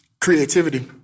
Creativity